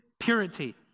Purity